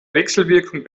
wechselwirkung